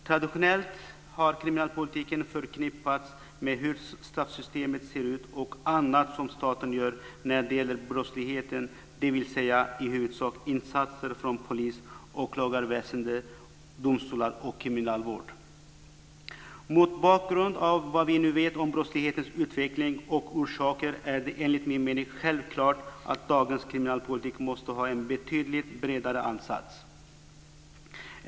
Traditionellt har kriminalpolitiken förknippats med hur straffsystemet ser ut och annat som staten gör när det gäller brottsligheten, dvs. i huvudsak insatser från polis, åklagarväsende, domstolar och kriminalvård. Mot bakgrund av vad vi nu vet om brottslighetens utveckling och orsaker är det enligt min mening självklart att dagens kriminalpolitik måste ha en betydligt bredare ansats.